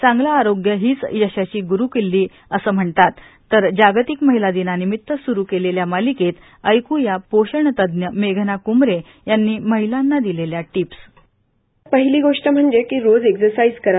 चांगले आरोग्य हीच यशाची ग्रुकिल्ली कसे म्हणतात तर जागतिक महिला दिनानिमित सुरु केलेल्या मालिकेत ऐक्या पोषण तज्ञ मेघना कुमरे यांनी महिलांना दिलेल्या टिप्स बाईट पहिली गोष्ट म्हणजे रोज एक्सरसाईज करा